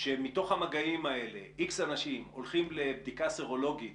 שמתוך המגעים האלה X אנשים הולכים לבדיקה סרולוגית